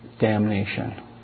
damnation